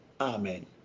Amen